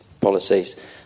policies